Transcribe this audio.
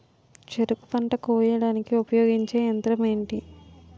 చెరుకు పంట కోయడానికి ఉపయోగించే యంత్రం ఎంటి?